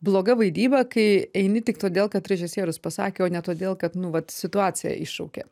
bloga vaidyba kai eini tik todėl kad režisierius pasakė o ne todėl kad nu vat situacija iššaukia